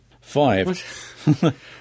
Five